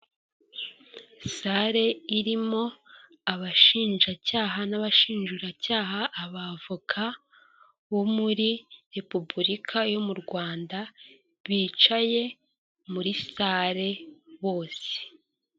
Sale irimo abashinjacyaha n'abashinjuracyaha, aba avoka bo muri Repubulika yo mu Rwanda, bicaye muri sale bose.